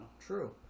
True